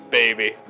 baby